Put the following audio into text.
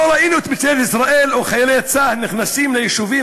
לא ראינו את משטרת ישראל או את חיילי צה"ל נכנסים ליישובים